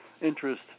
interest